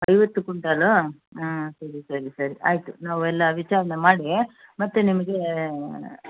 ಐವತ್ತು ಕುಂಟಾಲು ಹಾಂ ಸರಿ ಸರಿ ಸರಿ ಆಯಿತು ನಾವೆಲ್ಲ ವಿಚಾರಣೆ ಮಾಡಿ ಮತ್ತು ನಿಮಗೆ